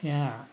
त्यहाँ